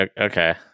Okay